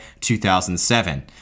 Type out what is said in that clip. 2007